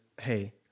Hey